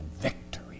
victory